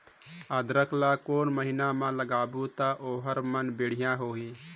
अदरक ला कोन महीना मा लगाबो ता ओहार मान बेडिया होही?